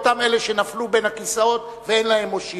לאותם אלה שנפלו בין הכיסאות ואין להם מושיע,